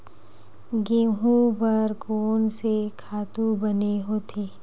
गेहूं बर कोन से खातु बने होथे?